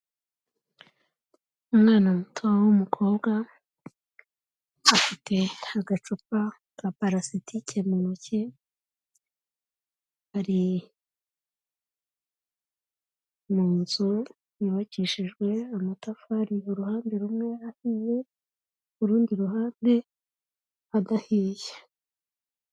Umwana muto w'umukobwa, afite agacupa ka parasitike mu ntoki, ari mu nzu yubakishijwe amatafari uruhande rumwe ahiye, ku rundi ruhande adahiye.